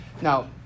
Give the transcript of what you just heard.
Now